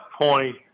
point